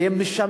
כי הם משמנים,